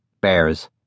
Bears